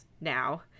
now